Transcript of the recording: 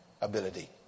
ability